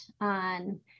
on